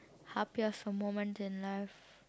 happiest moment in life